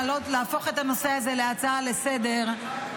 להפוך את הנושא הזה להצעה לסדר-היום,